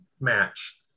match